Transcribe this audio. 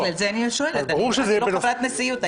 בגלל זה אני שואלת, אני לא חברת נשיאות.